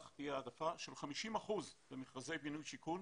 כך תהיה העדפה של 50 אחוזים במכרזי בינוי ושיכון,